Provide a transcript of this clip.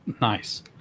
Nice